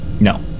No